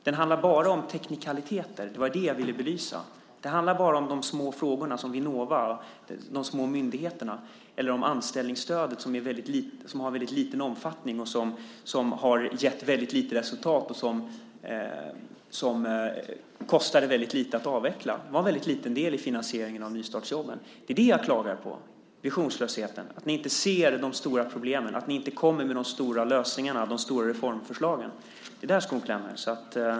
Det handlar bara om teknikaliteter. Det var det jag ville belysa. Det handlar bara om de små frågorna och de små myndigheterna, som Vinnova, eller om anställningsstödet som har väldigt liten omfattning, som har gett väldigt lite resultat och som kostade väldigt lite att avveckla. Det var en väldigt liten del i finansieringen av nystartsjobben. Det är det jag klagar på: visionslösheten, att ni inte ser de stora problemen och inte kommer med de stora lösningarna och de stora reformförslagen. Det är där skon klämmer.